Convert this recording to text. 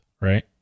right